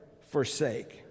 forsake